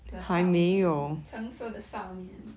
的少年成熟的少年